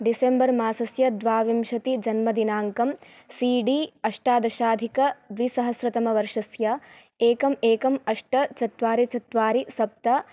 December मासस्य द्वाविंशतिजन्मदिनाङ्कं C D अष्टादशाधिकद्विसहस्रतमवर्षस्य एकम् एकम् अष्ट चत्वारि चत्वारि सप्त